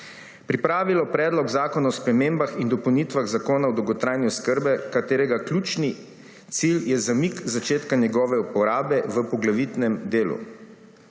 pripravilo Predlog zakona o spremembah in dopolnitvah Zakona o dolgotrajni oskrbi, katerega ključni cilj je zamik začetka njegove uporabe v poglavitnem delu.